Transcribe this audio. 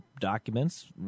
documents